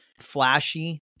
flashy